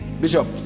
Bishop